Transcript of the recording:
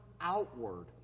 outward